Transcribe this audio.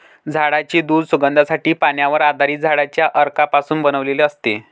झाडांचे दूध सुगंधासाठी, पाण्यावर आधारित झाडांच्या अर्कापासून बनवलेले असते